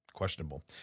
Questionable